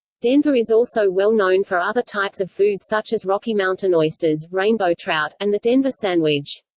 denver is also well known for other types of food such as rocky mountain oysters, rainbow trout, and the denver sandwich.